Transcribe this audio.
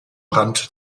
rand